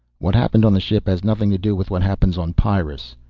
what happened on the ship has nothing to do with what happens on pyrrus.